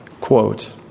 Quote